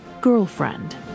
girlfriend